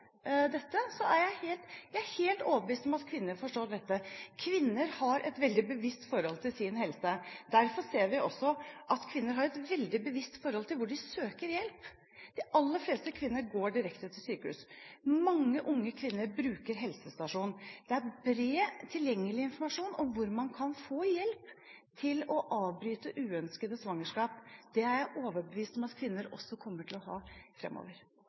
dette, så er jeg helt overbevist om at kvinner forstår dette. Kvinner har et veldig bevisst forhold til sin helse, og derfor ser vi også at kvinner har et veldig bevisst forhold til hvor de søker hjelp. De aller fleste kvinner går direkte til sykehus. Mange unge kvinner bruker helsestasjonen. Det er bred, tilgjengelig informasjon om hvor man kan få hjelp til å avbryte uønskede svangerskap. Det er jeg overbevist om at kvinner også kommer til å ha